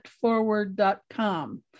forward.com